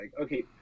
okay